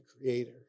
creator